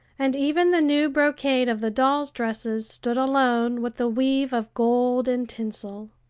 and even the new brocade of the dolls' dresses stood alone with the weave of gold and tinsel.